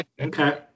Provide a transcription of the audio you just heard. Okay